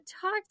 talk